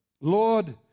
Lord